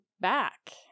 back